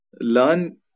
learn